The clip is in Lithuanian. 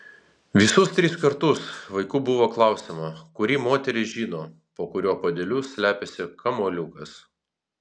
visus tris kartus vaikų buvo klausiama kuri moteris žino po kuriuo puodeliu slepiasi kamuoliukas